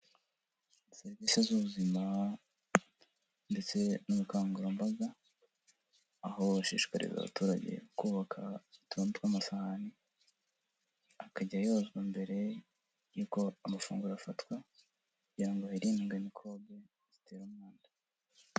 Serivisi z'ubuzima ndetse n'ubukangurambaga aho bashikariza abaturage kubaka utuntu tw'amasahani akajya yozwa mbere y'uko amafunguro afatwa kugira ngo hirindwe mikorombe zitera umwanda.